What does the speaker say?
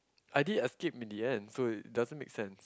I did escape in the end so it doesn't make sense